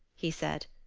he said.